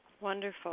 Wonderful